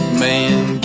man